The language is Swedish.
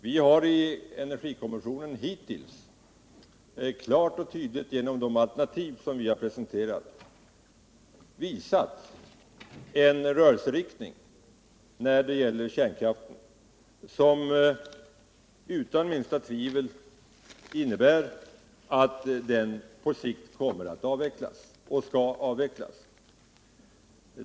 Vi har i energikommissionen hittills klart och tydligt, genom de alternativ vi presenterat, visat en rörelseriktning när det gäller kärnkraften som utan minsta tvivel innebär att den på sikt kommer utt avvecklas och skall avvecklas.